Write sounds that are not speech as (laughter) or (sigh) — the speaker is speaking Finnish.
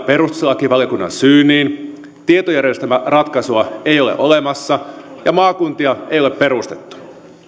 (unintelligible) perustuslakivaliokunnan syyniin tietojärjestelmäratkaisua ei ole olemassa ja maakuntia ei ole perustettu